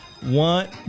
One